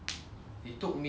to complete the book